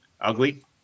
ugly